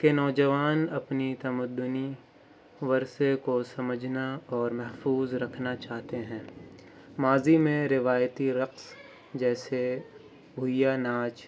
کہ نوجوان اپنی تمدنی ورثے کو سمجھنا اور محفوظ رکھنا چاہتے ہیں ماضی میں روایتی رقص جیسے بھیا ناچ